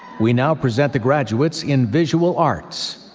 we now present the graduates in visual arts.